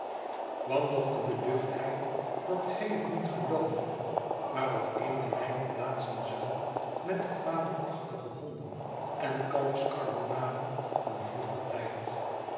kwam nog debeduchtheid dat hij het niet gelooven maar op eene lijn p aatsen zou met de fabelachtige honden en kalfskarbonaden van vroeger tijd